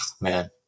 man